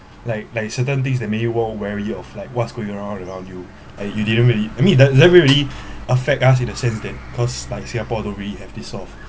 like like certain things that make you own wary of like what's going around around you and you didn't really I mean is that that really affect us in the sense that cause like singapore don't really have this sort of